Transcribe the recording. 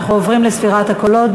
אנחנו עוברים לספירת הקולות.